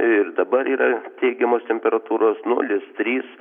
ir dabar yra teigiamos temperatūros nulis trys